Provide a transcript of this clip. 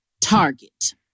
target